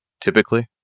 typically